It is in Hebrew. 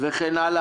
וכן הלאה.